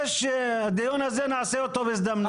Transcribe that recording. הדיון הזה נעשה אותו בהזדמנות.